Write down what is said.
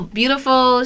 beautiful